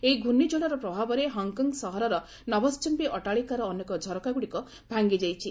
ଏହି ଘୂର୍ଷିଝଡ଼ର ପ୍ରଭାବରେ ହଂକଂ ସହରର ନଭେ୍ୟୁମ୍ଭୀ ଅଟ୍ଟାଳିକାର ଅନେକ ଝରକାଗୁଡ଼ିକ ଭାଙ୍ଗିଯାଇଛି